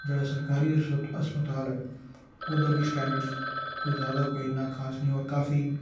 जेह्ड़ा सरकारी अस्प अस्पताल ऐ ओह्दा बी स्टैंडर्ड कोई जैदा कोई इन्ना खास नेईं होर काफी